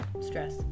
stress